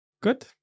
Good